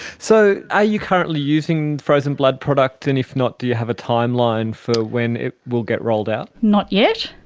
so are you currently using frozen blood products? and if not, do you have a timeline for when it will get rolled out? not yet.